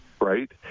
right